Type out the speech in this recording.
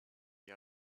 the